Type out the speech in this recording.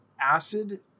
acid